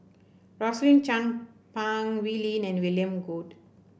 Rosaline Chan Pang Wee Lin and William Goode